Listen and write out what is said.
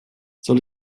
soll